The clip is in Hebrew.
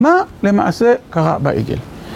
מה למעשה קרה בעגל